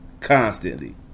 Constantly